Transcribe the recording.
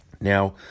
Now